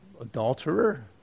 adulterer